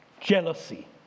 jealousy